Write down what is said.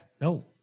No